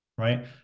Right